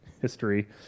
history